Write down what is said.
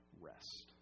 rest